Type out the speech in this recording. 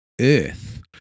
Earth